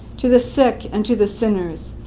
to the sick and to the sinners.